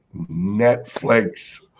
Netflix